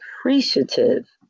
appreciative